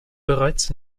bereits